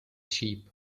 sheep